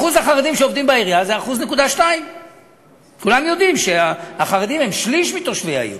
אחוז החרדים שעובדים בעירייה זה 1.2%. כולם יודעים שהחרדים הם שליש מתושבי העיר,